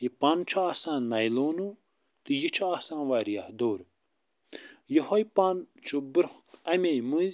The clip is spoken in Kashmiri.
یہِ پَن چھُ آسان نایلونو تہٕ یہِ چھُ آسان وارِیاہ دوٚر یِہوے پن چھُ برٛۄنٛہہ اَمے مٔنٛزۍ